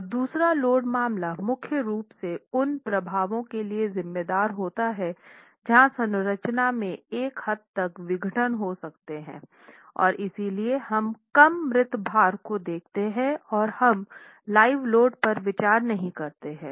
और दूसरा लोड मामला मुख्य रूप से उन प्रभावों के लिए जिम्मेदार होता है जहां संरचना में एक हद तक विघटन हो सकते हैं और इसलिए हम कम मृत भार को देखते हैं और हम लाइव लोड पर विचार नहीं करते हैं